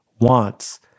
wants